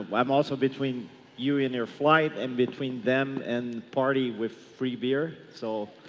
but i'm also between you and your flight and between them and party with free beer. so,